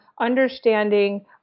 understanding